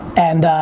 and